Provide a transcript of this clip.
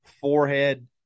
forehead